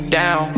down